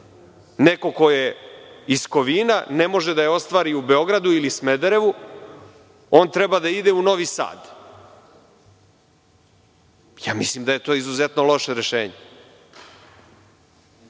neko ko je iz Kovina ne može da je ostvari u Beogradu ili Smederevu, on treba da ide u Nosi Sad. Mislim da je to izuzetno loše rešenje.